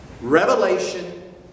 Revelation